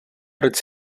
proč